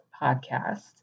podcast